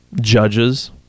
judges